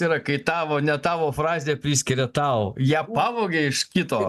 yra kai tavo ne tavo frazę priskiria tau ją pavogė iš kito